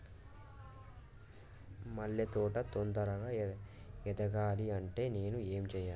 మల్లె తోట తొందరగా ఎదగాలి అంటే నేను ఏం చేయాలి?